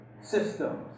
systems